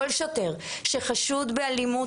כל שוטר שחשוד באלימות,